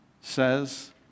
says